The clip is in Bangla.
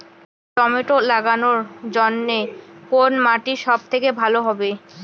টমেটো লাগানোর জন্যে কোন মাটি সব থেকে ভালো হবে?